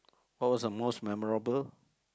what was the most memorable